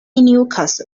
newcastle